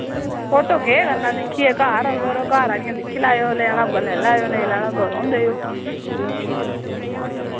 photo केह् करना दिक्खियै घर आवेओ यरो घर आह्नियै दिक्खी लैएओ लैना होगा ले लैएओ नेईं लैना होगा रैह्न देयो